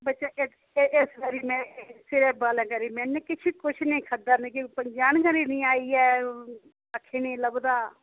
बच्चा इस बारी में कुछ निं खाद्धा जान गै निं आई ऐ अक्खीं निं लभदा